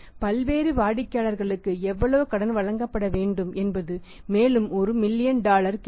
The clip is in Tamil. பல்வேறு வாடிக்கையாளர்களுக்கு எவ்வளவு கடன் வழங்கப்பட வேண்டும் என்பது மேலும் ஒரு மில்லியன் டாலர் கேள்வி